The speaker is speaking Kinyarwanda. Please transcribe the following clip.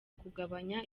kugabanya